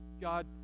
God